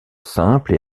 simples